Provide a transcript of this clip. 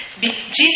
Jesus